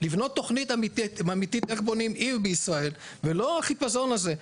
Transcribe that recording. ולבנות תוכנית אמיתית איך בונים עיר בישראל ולא החיפזון הזה.